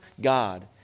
God